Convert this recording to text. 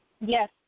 Yes